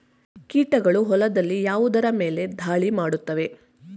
ಕೀಟಗಳು ಹೊಲದಲ್ಲಿ ಯಾವುದರ ಮೇಲೆ ಧಾಳಿ ಮಾಡುತ್ತವೆ?